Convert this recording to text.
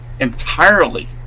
entirely